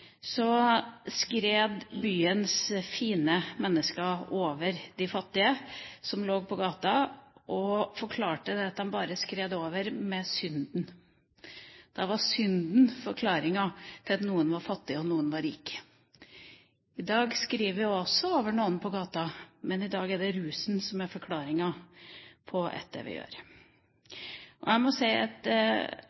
de bare skred over, med «synden». Da var «synden» forklaringa på at noen var fattige og noen var rike. I dag skrider vi også over noen på gata, men i dag er det rusen som er forklaringa på at vi gjør